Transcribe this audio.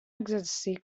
exercí